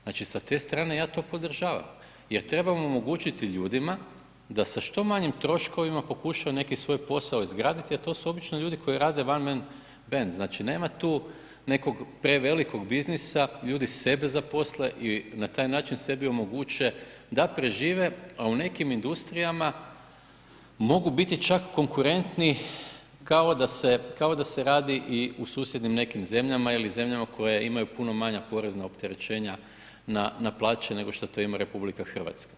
Znači sa te strane ja to podržavam jer trebamo omogućiti ljudima da sa što manjim troškovima pokušaju neki svoj posao izgraditi, a to su obično ljudi koji rade one man band, znači nema tu nekog prevelikog biznisa, ljudi sebe zaposle i na taj način sebi omoguće da prežive, a u nekim industrijama mogu biti čak konkurentni kao da se radi i u susjednim nekim zemljama ili zemljama koje imaju puno manja porezna opterećenja na plaće nego što to ima RH.